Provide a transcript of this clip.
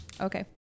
Okay